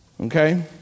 okay